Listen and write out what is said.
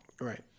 Right